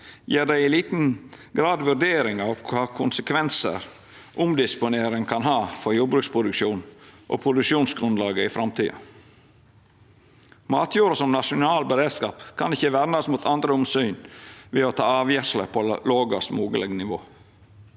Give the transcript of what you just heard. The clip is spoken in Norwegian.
gjer dei i liten grad vurderingar av kva konsekvensar omdisponering kan ha for jordbruksproduksjonen og produksjonsgrunnlaget i framtida. Matjorda som nasjonal beredskap kan ikkje vernast mot andre omsyn ved å ta avgjersler på lågast mogleg nivå.